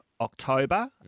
October